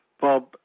Bob